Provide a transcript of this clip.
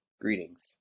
greetings